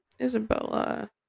Isabella